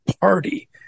Party